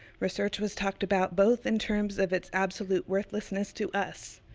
research was talked about both in terms of it's absolute worthlessness to us,